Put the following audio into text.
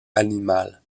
animal